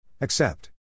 Accept